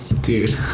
Dude